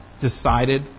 decided